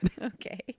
Okay